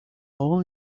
all